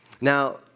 Now